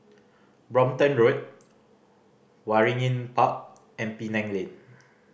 Brompton Road Waringin Park and Penang Lane